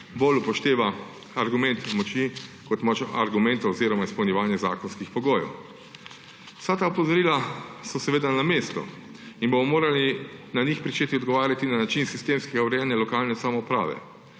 bolj upošteva argument moči kot argument izpolnjevanja zakonskih pogojev. Vsa ta opozorila so seveda na mestu in bomo morali na njih začeti odgovarjati na način sistemskega urejanja lokalne samouprave